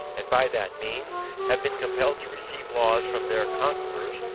and by that means have been compelled to receive laws from their conquerors,